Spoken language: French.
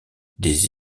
des